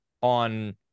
on